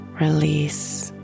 release